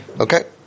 Okay